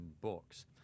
books